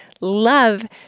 love